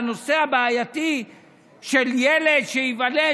לנושא הבעייתי של ילד שייוולד,